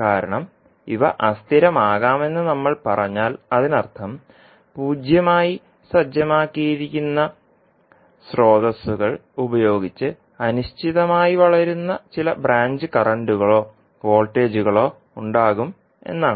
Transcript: കാരണം ഇവ അസ്ഥിരമാകാമെന്ന് നമ്മൾ പറഞ്ഞാൽ അതിനർത്ഥം പൂജ്യമായി സജ്ജമാക്കിയിരിക്കുന്ന സ്രോതസ്സുകൾ ഉപയോഗിച്ച് അനിശ്ചിതമായി വളരുന്ന ചില ബ്രാഞ്ച് കറൻറുകളോ വോൾട്ടേജുകളോ ഉണ്ടാകും എന്നാണ്